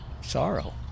sorrow